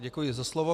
Děkuji za slovo.